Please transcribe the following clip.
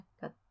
got